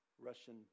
russian